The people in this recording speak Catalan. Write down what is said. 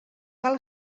cal